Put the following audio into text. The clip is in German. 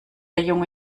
junge